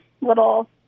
little